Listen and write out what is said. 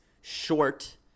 short